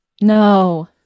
No